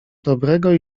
dobrego